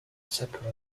separate